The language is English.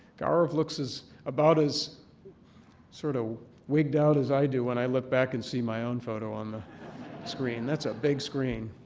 gaurav looks about as sort of wigged out as i do when i look back and see my own photo on the screen. that's a big screen.